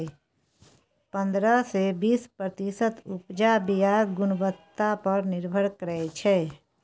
पंद्रह सँ बीस प्रतिशत उपजा बीयाक गुणवत्ता पर निर्भर करै छै